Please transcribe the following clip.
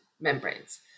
membranes